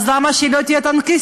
למה שהיא לא תהיה טנקיסטית?